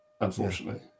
unfortunately